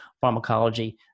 pharmacology